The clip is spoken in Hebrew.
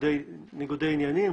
ניגודי עניינים.